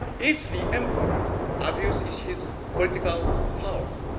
if the emperor abuses his political power,